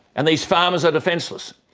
and these farmers are defenceless,